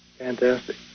Fantastic